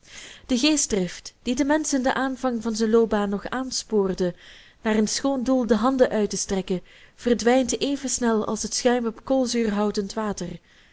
de geestdrift die den mensch in den aanvang van zijn loopbaan nog aanspoorde naar een schoon doel de handen uittestrekken verdwijnt even snel als het schuim op koolzuur houdend water